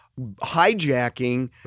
hijacking